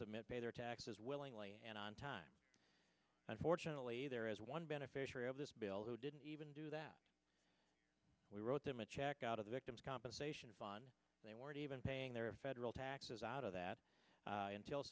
submit their taxes willingly and on time unfortunately there is one beneficiary of this bill who didn't even do that we wrote them a check out of the victims compensation fund they weren't even paying their federal taxes out of that u